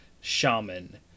Shaman